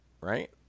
right